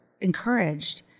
encouraged